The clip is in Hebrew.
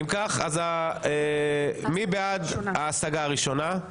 מי בעד ההשגה הראשונה?